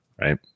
right